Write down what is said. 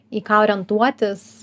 į ką orientuotis